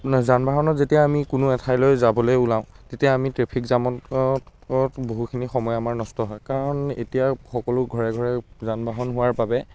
আপোনাৰ যান বাহনত যেতিয়া আমি কোনো এঠাইলৈ যাবলৈ ওলাওঁ তেতিয়া আমি ট্ৰেফিক জামত বহুখিনি সময় আমাৰ নষ্ট হয় কাৰণ এতিয়া সকলো ঘৰে ঘৰে যান বাহন হোৱাৰ বাবে